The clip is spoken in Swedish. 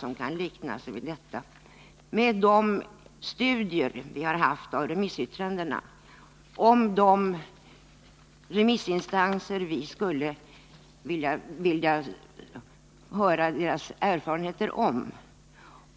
Jag tänker på alla de instanser vi har tillfrågat om deras erfarenheter, alla studier vi ägnat åt remissyttrandena